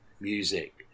music